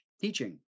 teaching